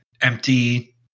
empty